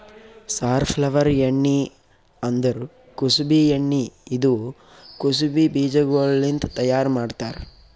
safflower ಎಣ್ಣಿ ಅಂದುರ್ ಕುಸುಬಿ ಎಣ್ಣಿ ಇದು ಕುಸುಬಿ ಬೀಜಗೊಳ್ಲಿಂತ್ ತೈಯಾರ್ ಮಾಡ್ತಾರ್